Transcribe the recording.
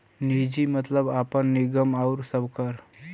निजी मतलब आपन, निगम आउर सबकर